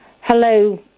hello